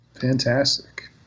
Fantastic